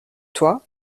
toi